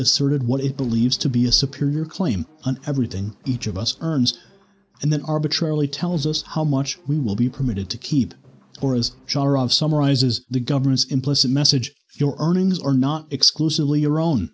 asserted what it believes to be a superior claim on everything each of us earns and then arbitrarily tells us how much we will be permitted to keep or as a jar of summarizes the government's implicit message your earnings are not exclusively your own